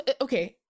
okay